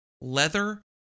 leather